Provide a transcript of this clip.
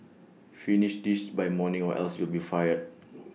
finish this by tomorrow or else you'll be fired